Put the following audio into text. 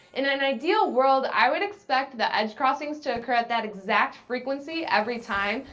in an ideal world, i would expect the edge crossings to occur at that exact frequency every time,